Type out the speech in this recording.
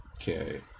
Okay